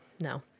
No